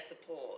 support